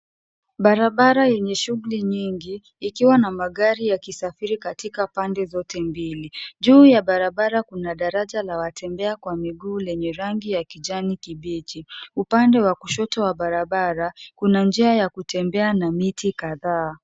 Barabara yenye shughuli nyingi ikiwa na magari ya kusafiri katika pande zote mbili. Juu ya barabara kuna daraja la watembea kwa miguu lenye rangi ya kijani kibichi. Upande wakushoto wa barabara kuna njia ya kutembea na miti kadhaa.